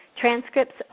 transcripts